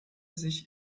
sich